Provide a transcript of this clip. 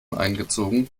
eingezogen